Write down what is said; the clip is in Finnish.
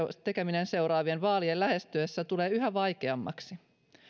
tekeminen seuraavien vaalien lähestyessä tulee yhä vaikeammaksi